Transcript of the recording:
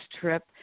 trip